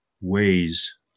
ways